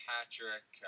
Patrick